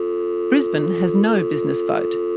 brisbane has no business vote.